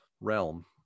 realm